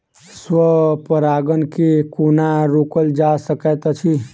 स्व परागण केँ कोना रोकल जा सकैत अछि?